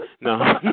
No